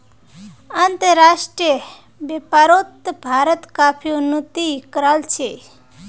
अंतर्राष्ट्रीय व्यापारोत भारत काफी उन्नति कराल छे